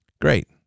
Great